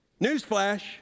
Newsflash